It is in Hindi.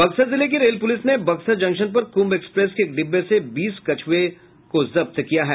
बक्सर जिले की रेल पुलिस ने बक्सर जंक्शन पर कुंभ एक्सप्रेस के एक डिब्बे से बीस कछुओं को जब्त किया है